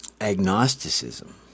agnosticism